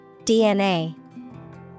DNA